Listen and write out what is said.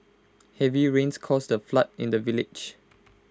heavy rains caused A flood in the village